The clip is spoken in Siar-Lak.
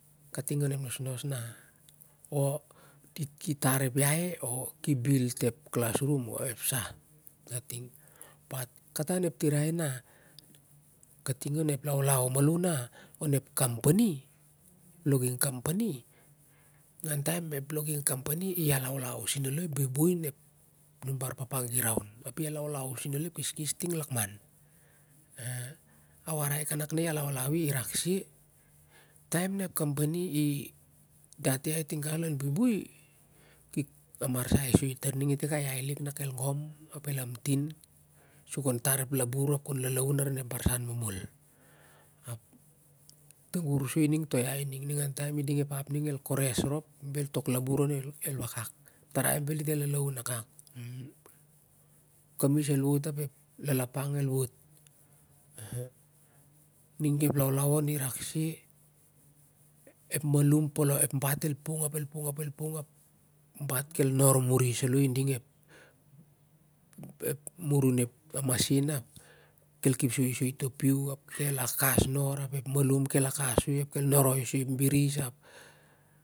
Kating onep nosnos na o dit ki tar ep ai ki bilt ep kalas un o ep sah natinng kata onep tirai na kating on ep laulau na onep company logging company ningau taim ep logging company i re a laulau seu alo ep buibui nim bar papa giraun a laulau sei alo ep keskes ting lakman a warai kanak ni alaulau i rak seh taim na ep company i dit ai tiga lon buibui ki amamarsai sai tar i lik a ai lik na kel gom ap el lamtin su kon tar ep labur ap ep lalun arin ep barson momot ap ur soi ining to ai ning ap i ding ep fam ningel kores rop bel tok labour on el akak ep tarai bel dit el laulaun akak kamis el wot ap ep lala pot el wot ning ep laulau on i rakseh ep bat el pung ap el pung bat kel nor mon salo iding ep murum ep masin napkel kepsoi soi to piu ap kel akas nor malum kel akas soi ap kel novoi soi ep binis ap